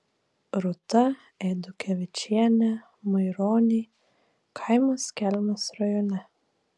rūta eidukevičienė maironiai kaimas kelmės rajone